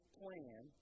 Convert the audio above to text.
plan